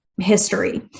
history